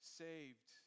saved